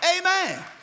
Amen